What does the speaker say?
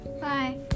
Bye